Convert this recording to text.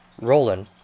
Roland